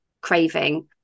craving